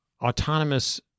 autonomous